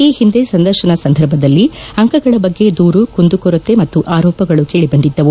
ಈ ಹಿಂದೆ ಸಂದರ್ಶನ ಸಂದರ್ಭದಲ್ಲಿ ಅಂಕಗಳ ಬಗ್ಗೆ ದೂರು ಕುಂದುಕೊರತೆ ಮತ್ತು ಆರೋಪಗಳು ಕೇಳಿ ಬಂದಿದ್ದವು